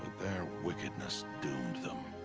their wickedness doomed them.